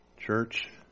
Church